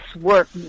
work